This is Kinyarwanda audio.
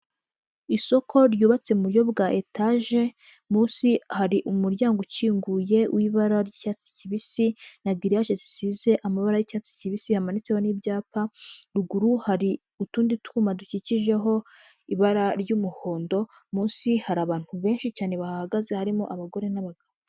Isoko ryubatse mu buryo bwa etaje, munsi hari umuryango ukinguye w'ibara ry'icyatsi kibisi, na giriyaje zisize amabara y'icyatsi kibisi, hamanitseho n'ibyapa, ruguru hari utundi twuma dukikijeho ibara ry'umuhondo, munsi hari abantu benshi cyane bahagaze harimo abagore n'abagabo.